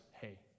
hey